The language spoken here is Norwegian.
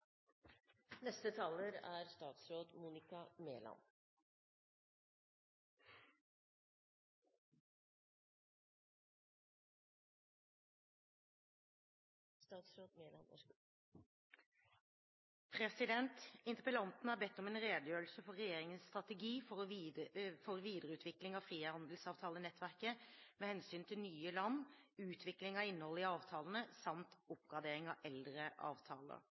Interpellanten har bedt om en redegjørelse for regjeringens strategi for videreutvikling av frihandelsavtalenettverket med hensyn til nye land, utvikling av innholdet i avtalene samt oppgradering av eldre avtaler.